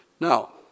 now